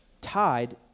tied